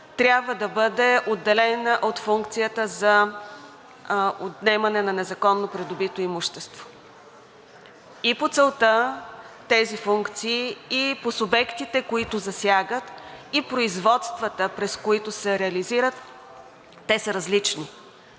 трябва да бъде отделена от функцията за отнемане на незаконно придобито имущество. И по целта тези функции, и по субектите, които засягат, и производствата, през които се реализират, те са различни.